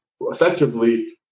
effectively